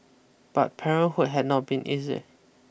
but parenthood had not been easy